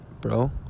bro